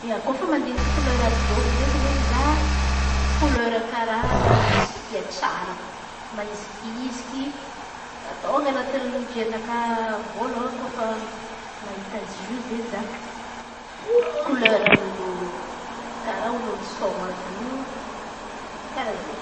Ia, kôfa mandin̈iky kolera joby ndraiky izen̈y zah. Kolera karàha kolera tsy dia tsara, maizikiziky ataony anaty jerinakà vôloahan̈y koa no fa mahita zio izen̈y zaho. Koleran'olo karàha olo misaona àby io karà zay.